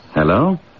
Hello